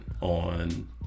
on